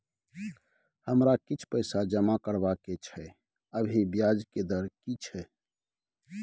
हमरा किछ पैसा जमा करबा के छै, अभी ब्याज के दर की छै?